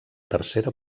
tercera